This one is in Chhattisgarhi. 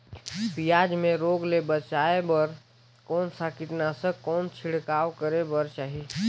पियाज मे रोग ले बचाय बार कौन सा कीटनाशक कौन छिड़काव करे बर चाही?